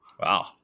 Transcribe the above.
Wow